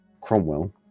Cromwell